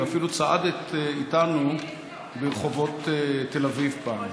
ואפילו צעדת איתנו ברחובות תל אביב פעם.